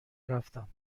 رفتم